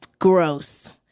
Gross